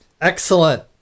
Excellent